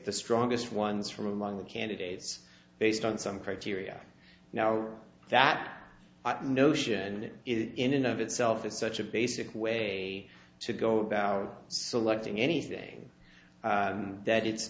the strongest ones from among the candidates based on some criteria now that notion is in and of itself is such a basic way to go about selecting anything that it